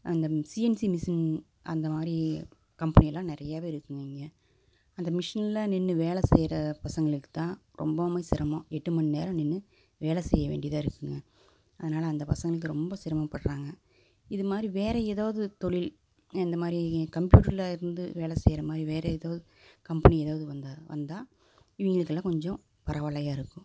அங்க CNC machine அந்த மாதிரி கம்பெனி எல்லாம் நிறையவே இருக்குங்க இங்கே அந்த மிஷினில் நின்று வேலை செய்கிற பசங்களுக்கு தான் ரொம்பவும் சிரமம் எட்டு மணி நேரம் நின்று வேலை செய்ய வேண்டியதாக இருக்குங்க அதனால் அந்த பசங்களுக்கு ரொம்ப சிரமப்படுகிறாங்க இது மாதிரி வேற எதாவது தொழில் இந்த மாதிரி கம்பியூட்டரில் இருந்து வேலை செய்கிற மாதிரி வேற ஏதோ கம்பெனி எதாவது வந்தால் வந்தால் இவங்களுக்குலாம் கொஞ்சம் பரவால்லையா இருக்கும்